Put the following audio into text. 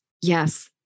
Yes